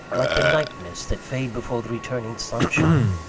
like the night-mists that fade before returning sunshine?